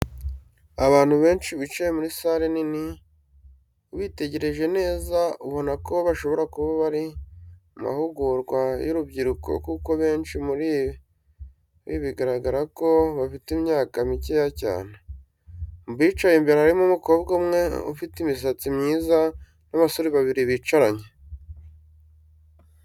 Abantu benshi bicaye muri sale nini. Ubitegereje neza ubona ko bashobora kuba bari mu mahugurwa y'urubyiruko kuko benshi muri bi bigaragara ko bafite imyaka mikeya cyane. Mu bicaye imbere harimo umukobwa umwe ufite imisatsi myiza n'abasore babiri bicaranye.